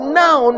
now